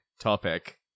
topic